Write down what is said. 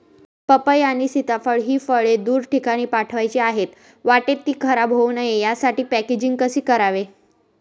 पपई आणि सीताफळ हि फळे दूर ठिकाणी पाठवायची आहेत, वाटेत ति खराब होऊ नये यासाठी पॅकेजिंग कसे करावे?